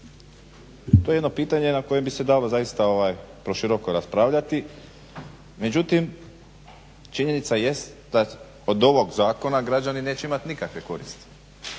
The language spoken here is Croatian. To je jedno pitanje na koje bi se dalo zaista poširoko raspravljati. Međutim činjenica jest da od ovog zakona građani neće imati nikakve koristi,